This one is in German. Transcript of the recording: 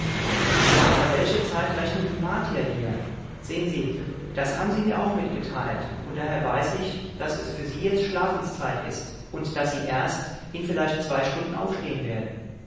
ja aber welche zeit rechnen die martier hier sehen sie das haben sie mir auch mitgeteilt und daher weiß ich daß es für sie jetzt schlafenszeit ist und daß sie erst in vielleicht zwei stunden aufstehen werden